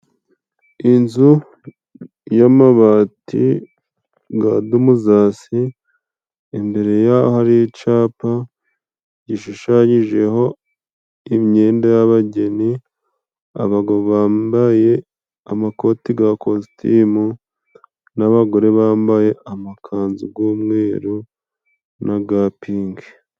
Inzu y'amabati ga dumuzasi, imbere ya ahari icapa gishushanyijeho imyenda y'ababageni, abagabo bambaye amakoti ga kositimu, n'abagore bambaye amakanzu y'umweru n'agapinki.